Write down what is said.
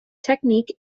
technique